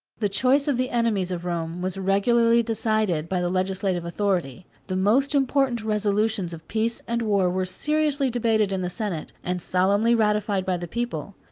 the choice of the enemies of rome was regularly decided by the legislative authority. the most important resolutions of peace and war were seriously debated in the senate, and solemnly ratified by the people.